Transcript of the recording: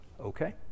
Okay